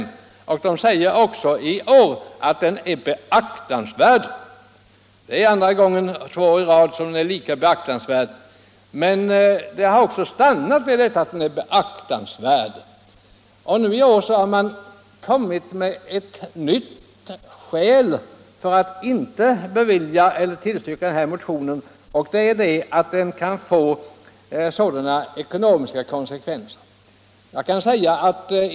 Jordbruksutskottet säger också i år att motionen är beaktansvärd. Det är andra året i rad som den är beaktansvärd — men det har också stannat vid detta. I år har utskottet anfört ett nytt skäl för att inte tillstyrka min motion, nämligen att den kan få ekonomiska konsekvenser.